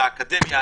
על האקדמיה,